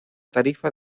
tarifa